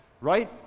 right